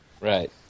Right